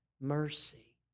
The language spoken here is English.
mercy